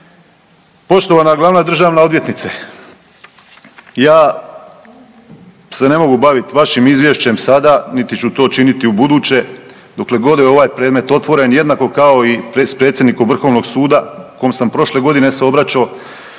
Poštovana glavna državna odvjetnice, ja se ne mogu bavit vašim izvješćem sada niti ću to činiti ubuduće dokle god je ovaj predmet otvoren, jednako kao i s predsjednikom vrhovnog suda kom sam prošle godine se obraćao